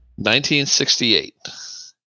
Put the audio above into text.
1968